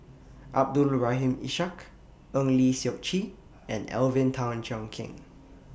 Abdul Rahim Ishak Eng Lee Seok Chee and Alvin Tan Cheong Kheng